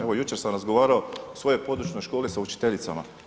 Evo jučer sam razgovarao u svojoj područnoj školi sa učiteljicama.